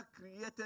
created